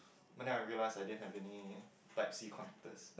but then I realise I didn't have any type C connectors